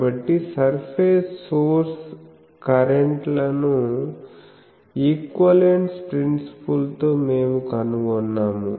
కాబట్టి surface source current లను equivalence principles తో మేము కనుగొన్నాము